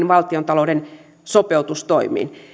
valtiontalouden sopeutustoimiin me